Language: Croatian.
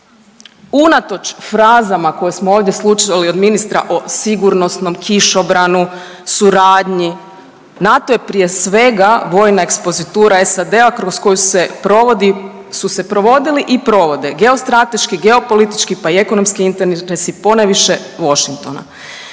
unatoč frazama koje smo ovdje slušali od ministra o sigurnosnom kišobranu, suradnji. NATO je prije svega vojna ekspozitura SAD-a kroz koju se provodi, su se provodili i provode geostrateški, geopolitički pa i ekonomski interesi ponajviše Washingtona.